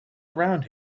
around